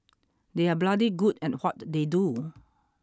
they are bloody good at what they do